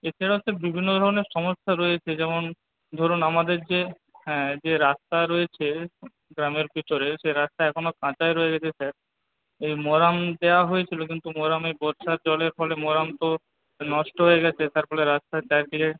এছাড়া হচ্ছে বিভিন্ন ধরনের সমস্যা রয়েছে যেমন ধরুন আমাদের যে হ্যাঁ যে রাস্তা রয়েছে গ্রামের ভিতরে সেই রাস্তা এখনও কাঁচাই রয়ে গেছে স্যার এই মড়াম দেওয়া হয়েছিলো কিন্তু মড়ামে বর্ষার জলের ফলে মড়াম তো নষ্ট হয়ে গেছে তার ফলে রাস্তার চারিদিকে